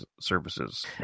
services